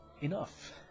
enough